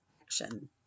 Action